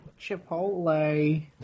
chipotle